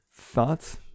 thoughts